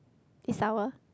is sour